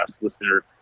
listener